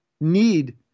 need